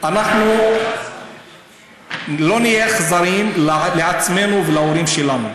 אנחנו לא נהיה אכזריים לעצמנו ולהורים שלנו,